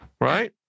right